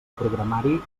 programari